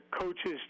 coaches